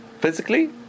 physically